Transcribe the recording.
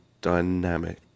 dynamic